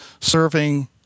serving